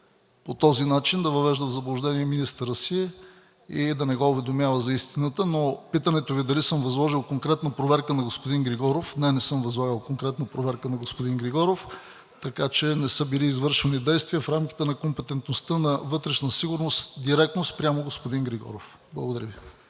по този начин да въвежда в заблуждение министъра си и да не го уведомява за истината. Питането Ви дали съм възложил конкретно проверка на господин Григоров – не, не съм възлагал конкретна проверка на господин Григоров, така че не са били извършвани действия в рамките на компетентността на „Вътрешна сигурност“ директно спрямо господин Григоров. Благодаря Ви.